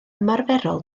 ymarferol